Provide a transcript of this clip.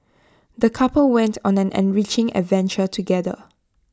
the couple went on an enriching adventure together